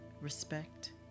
respect